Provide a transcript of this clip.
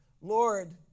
Lord